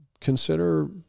consider